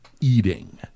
eating